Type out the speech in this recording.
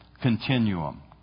continuum